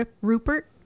rupert